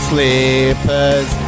Slippers